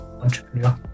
entrepreneur